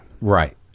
Right